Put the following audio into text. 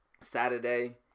saturday